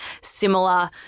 similar